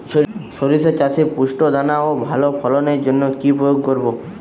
শরিষা চাষে পুষ্ট দানা ও ভালো ফলনের জন্য কি প্রয়োগ করব?